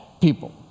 people